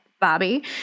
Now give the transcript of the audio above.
Bobby